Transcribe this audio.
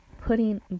putting